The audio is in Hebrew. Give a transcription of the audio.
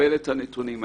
לקבל את הנתונים האלה.